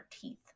teeth